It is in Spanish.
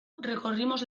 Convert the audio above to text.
recorrimos